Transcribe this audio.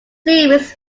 series